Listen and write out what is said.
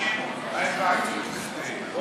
תשעה חודשים ההיוועצות תסתיים?